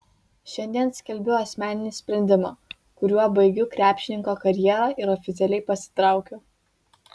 šiandien skelbiu asmeninį sprendimą kuriuo baigiu krepšininko karjerą ir oficialiai pasitraukiu